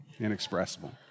Inexpressible